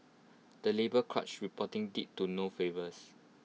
the labour crunch reporting did to no favours